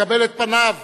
לקבל את פניו